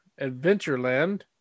Adventureland